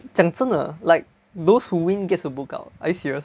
讲真的 like those who win gets to book out are you serious